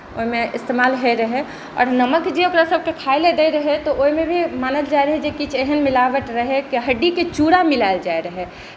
ओहिमे इस्तमाल होइ रहै और नमक जे ओकरा सबके खाय ला देइ रहै तऽ ओहिमे मानल जाइ रहै जेकि किछु एहन मिलावट रहै कि हड्डीके चुरा मिलायल जाय रहै